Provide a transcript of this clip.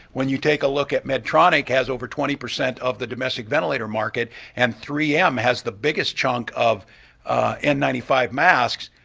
when you take a look at medtronic, has over twenty percent of the domestic ventilator market and three m has the biggest chunk of ni and ninety five masks,